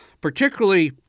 particularly